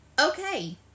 okay